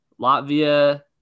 latvia